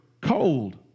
cold